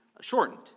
shortened